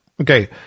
Okay